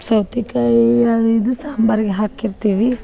ಸೌತೇಕಾಯಿ ಅದು ಇದು ಸಾಂಬಾರಿಗ ಹಾಕಿರ್ತೀವಿ